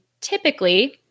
typically